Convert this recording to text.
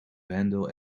handle